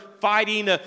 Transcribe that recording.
fighting